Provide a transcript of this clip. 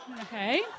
okay